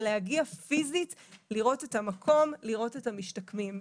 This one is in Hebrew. ההגעה הפיזית לראות את המקום ואת המשתקמים.